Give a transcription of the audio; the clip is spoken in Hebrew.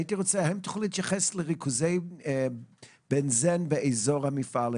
הייתי רוצה לשאול האם תוכלי להתייחס לריכוזי בנזן באזור המפעלים,